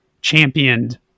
championed